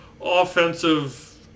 offensive